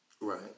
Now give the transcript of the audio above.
Right